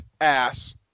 ass